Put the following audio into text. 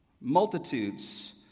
Multitudes